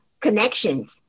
connections